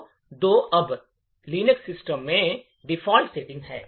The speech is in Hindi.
तो 2 अब अधिकांश लिनक्स सिस्टम में डिफ़ॉल्ट सेटिंग है